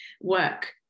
work